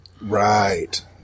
Right